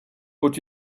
but